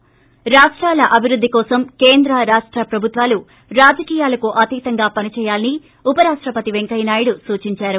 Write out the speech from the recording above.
ి రాష్టాల్ అభివృద్ధి కోసం కేంద్ర రాష్ట్ర ప్రభుత్వాలు రాజకీయాలకు అతీతంగా పన్చేయాలని ఉపరాష్టపతి పెంకయ్యనాయుడు సూచిందారు